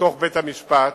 בתוך בית-המשפט.